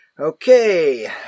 Okay